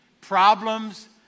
Problems